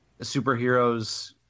superheroes